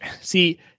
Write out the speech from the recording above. see